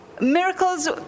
miracles